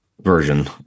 version